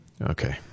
Okay